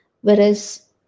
whereas